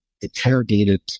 interrogated